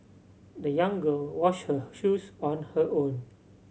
the young girl washed her shoes on her own